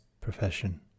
Profession